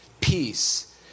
peace